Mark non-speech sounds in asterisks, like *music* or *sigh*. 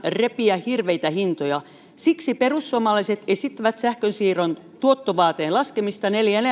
repiä hirveitä hintoja siksi perussuomalaiset esittävät sähkönsiirron tuottovaateen laskemista neljään *unintelligible*